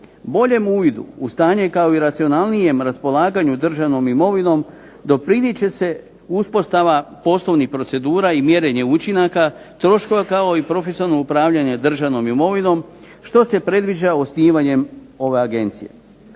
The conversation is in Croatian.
Boljim uvidu u stanje, kao i racionalnijem raspolaganju državnom imovinom doprinijet će se uspostavi poslovnih procedura i mjerenje učinaka troškova, kao i profesionalno upravljanje državnom imovinom što se predviđa osnivanjem ove agencije.